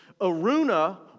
Aruna